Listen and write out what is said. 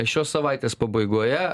šios savaitės pabaigoje